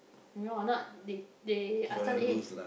you know ah not they they ask us eh